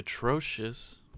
Atrocious